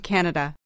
Canada